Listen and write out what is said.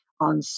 on